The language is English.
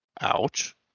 Ouch